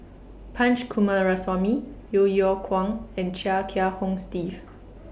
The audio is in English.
Punch Coomaraswamy Yeo Yeow Kwang and Chia Kiah Hong Steve